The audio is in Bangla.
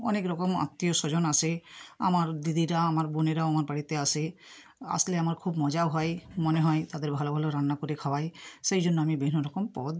অনেক রকম আত্মীয় স্বজন আসে আমার দিদিরা আমার বোনেরাও আমার বাড়িতে আসে আসলে আমার খুব মজাও হয় মনে হয় তাদের ভালো ভালো রান্না করে খাওয়াই সেই জন্য আমি বিভিন্ন রকম পদ